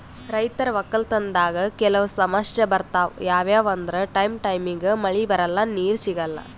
ರೈತರ್ ವಕ್ಕಲತನ್ದಾಗ್ ಕೆಲವ್ ಸಮಸ್ಯ ಬರ್ತವ್ ಯಾವ್ಯಾವ್ ಅಂದ್ರ ಟೈಮ್ ಟೈಮಿಗ್ ಮಳಿ ಬರಲ್ಲಾ ನೀರ್ ಸಿಗಲ್ಲಾ